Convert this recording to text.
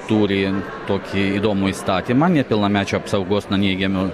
turi tokį įdomų įstatymą nepilnamečių apsaugos nuo neigiamo